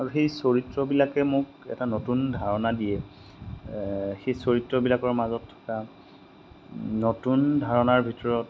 আৰু সেই চৰিত্ৰবিলাকে মোক এটা নতুন ধাৰণা দিয়ে সেই চৰিত্ৰবিলাকৰ মাজত থকা নতুন ধাৰণাৰ ভিতৰত